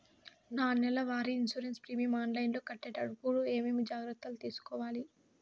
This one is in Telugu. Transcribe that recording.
నా నెల వారి ఇన్సూరెన్సు ప్రీమియం ఆన్లైన్లో కట్టేటప్పుడు ఏమేమి జాగ్రత్త లు తీసుకోవాలి?